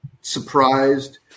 surprised